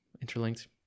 interlinked